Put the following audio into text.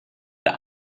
der